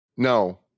No